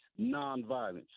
nonviolence